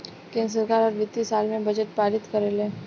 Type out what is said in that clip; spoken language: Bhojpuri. केंद्र सरकार हर वित्तीय साल में बजट पारित करेले